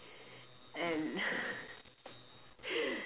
and